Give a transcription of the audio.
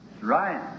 Right